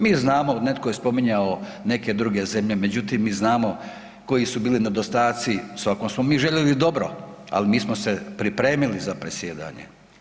Mi znamo, netko je spominjao neke druge zemlje, međutim mi znamo koji su bili nedostaci, svakom mi željeli dobro, ali mi smo se pripremili za predsjedanje.